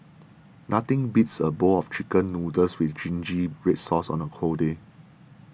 nothing beats a bowl of Chicken Noodles with Zingy Red Sauce on a cold day